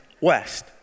west